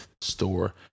store